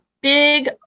big